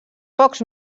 pocs